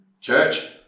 church